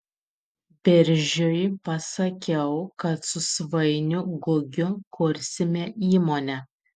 biržiui pasakiau kad su svainiu gugiu kursime įmonę